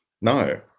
No